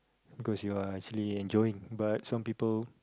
because you are actually enjoying but some people